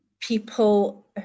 people